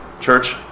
Church